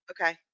Okay